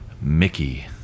Mickey